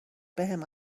بهم